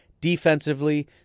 defensively